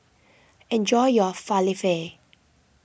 enjoy your Falafel